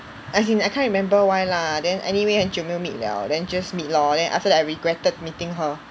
as in I can't remember why lah then anyway 很久没有 meet liao then just meet lor then after that I regretted meeting her